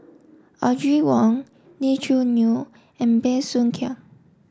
Audrey Wong Lee Choo Neo and Bey Soo Khiang